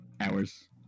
hours